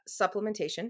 supplementation